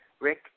Rick